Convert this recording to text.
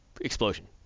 Explosion